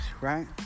right